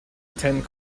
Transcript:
attend